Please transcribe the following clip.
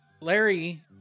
Larry